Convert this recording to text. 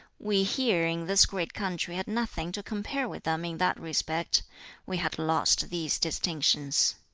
we here in this great country had nothing to compare with them in that respect we had lost these distinctions!